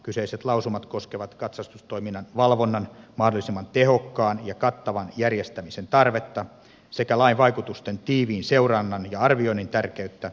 kyseiset lausumat koskevat katsastustoiminnan valvonnan mahdollisimman tehokkaan ja kattavan järjestämisen tarvetta sekä lain vaikutusten tiiviin seurannan ja arvioinnin tärkeyttä